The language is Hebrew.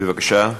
בבקשה,